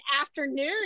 afternoon